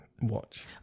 watch